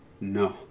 no